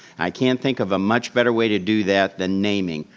i can't think of a much better way to do that than naming,